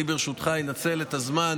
אני ברשותך אנצל את הזמן